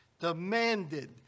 demanded